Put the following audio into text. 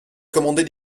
commander